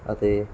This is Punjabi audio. ਅਤੇ